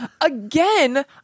again